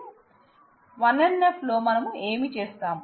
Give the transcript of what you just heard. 1 NF లో మనం ఏమి చేస్తాం